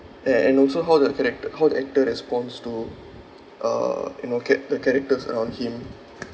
a~ and also how the character how the actor responds to uh you know cha~ the characters around him